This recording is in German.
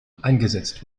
eingesetzt